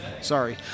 Sorry